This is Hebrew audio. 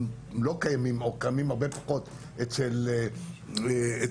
לא קיימים או קיימים פחות אצל יהודים.